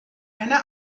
eine